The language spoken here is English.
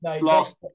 Last